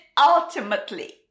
ultimately